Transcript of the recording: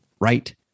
right